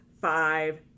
five